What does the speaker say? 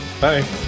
bye